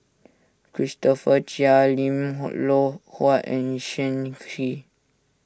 Christopher Chia Lim Loh Huat and Shen Xi